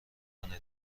کنه